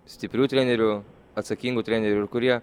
stiprių trenerių atsakingų trenerių ir kurie